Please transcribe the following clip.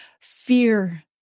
fear